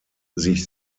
sich